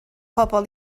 pobl